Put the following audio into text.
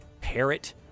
parrot